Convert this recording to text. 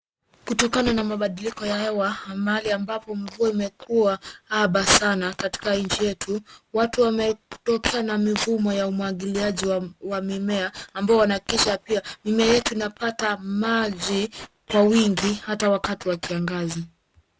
Kutokana na mabadiliko ya hewa na mahali ambapo mvua imekuwa haba sana katika nchi yetu, watu wametokea na mfumo wa umwagiliaji wa mimea ambayo wanahakikisha ya kuwa mimea yote inapata maji kwa wingi hata wakati wa kiangazi.